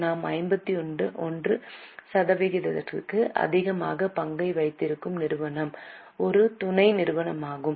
நாம் 51 சதவீதத்திற்கும் அதிகமான பங்கை வைத்திருக்கும் நிறுவனம் ஒரு துணை நிறுவனமாகும்